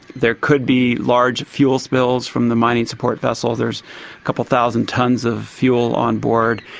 there could be large fuel spills from the mining support vessels. there's a couple of thousand tonnes of fuel on board.